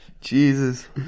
Jesus